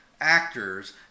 actors